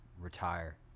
retire